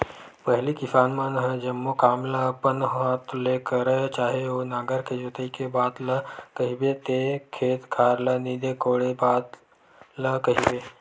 पहिली किसान मन ह जम्मो काम ल अपन हात ले करय चाहे ओ नांगर के जोतई के बात ल कहिबे ते खेत खार ल नींदे कोड़े बात ल कहिबे